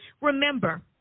remember